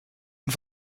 und